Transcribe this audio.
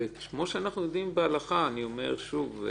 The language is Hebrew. וכמו שאנחנו יודעים בהלכה אני אומר שוב,